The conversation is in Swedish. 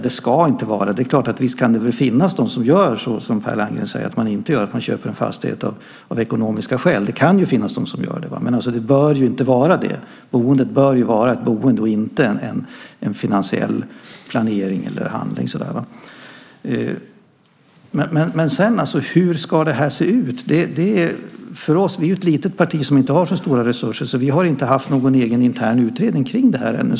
Det är klart att det kan finnas de som gör så som Per Landgren säger att man inte gör och köper en fastighet av ekonomiska skäl. Men det bör inte vara så. Vi tycker att det är en viktig fråga att synliggöra att boendet bör vara ett boende och inte en finansiell planering eller handling. Men hur ska det här se ut? Vi är ett litet parti som inte har så stora resurser, så vi har inte haft någon egen intern utredning om det här ännu.